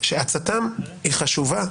שעצתם היא חשובה,